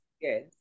Yes